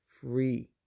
free